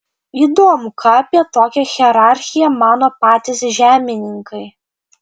įdomu ką apie tokią hierarchiją mano patys žemininkai